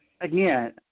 again